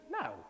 no